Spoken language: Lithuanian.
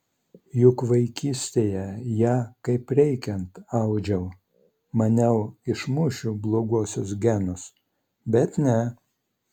juk vaikystėje ją kaip reikiant audžiau maniau išmušiu bloguosius genus bet ne